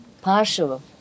partial